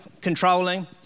controlling